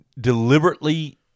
deliberately